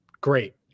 great